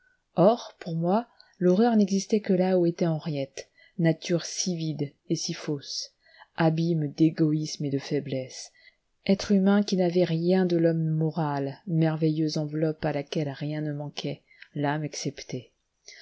or pour moi l'horreur n'existait que là où était henriette nature si vide et si fausse abîme d'égoïsme et de faiblesse être humain qui n'avait rien de l'homme moral merveilleuse enveloppe à laquelle rien ne manquait l'âme exceptée